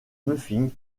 muffins